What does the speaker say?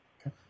Okay